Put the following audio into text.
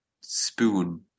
spoon